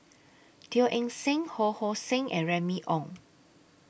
Teo Eng Seng Ho Hong Sing and Remy Ong